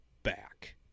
back